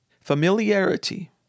Familiarity